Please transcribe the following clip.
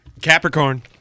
Capricorn